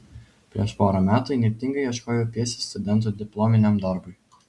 prieš porą metų įnirtingai ieškojau pjesės studentų diplominiam darbui